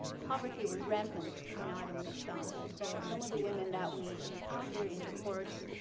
poverty was rampant in ottoman istanbul. so some of the women that we encounter in the courts,